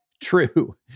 True